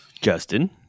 Justin